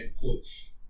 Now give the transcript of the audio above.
Coach